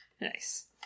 Nice